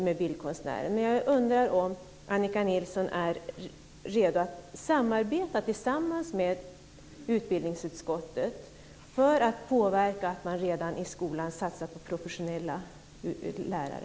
Men jag undrar om Annika Nilsson är redo att arbeta tillsammans med utskottet för att påverka så att man redan i skolan satsar på professionella lärare.